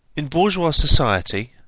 in bourgeois society,